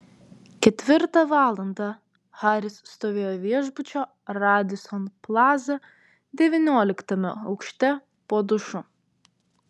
ketvirtą valandą haris stovėjo viešbučio radisson plaza devynioliktame aukšte po dušu